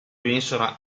vinsero